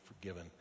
forgiven